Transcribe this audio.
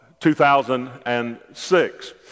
2006